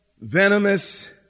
venomous